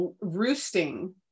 roosting